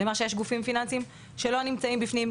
יש גופים פיננסים לא נמצאים בפנים,